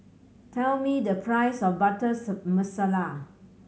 tell me the price of butter masala